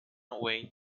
away